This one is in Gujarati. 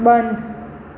બંધ